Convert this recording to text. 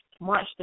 March